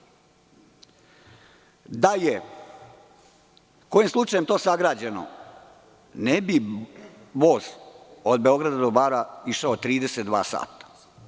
Da je kojim slučajem to sagrađeno ne bi voz od Beograda do Bara išao 32 sata.